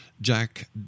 Jack